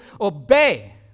obey